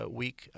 week